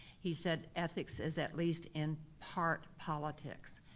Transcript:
he said, ethics is at least in part politics.